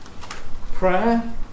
Prayer